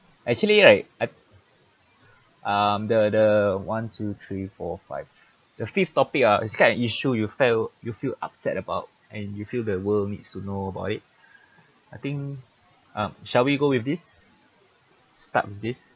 actually right I um the the one two three four five the fifth topic ah describe an issue you fell you feel upset about and you feel the world needs to know about it I think um shall we go with this start with this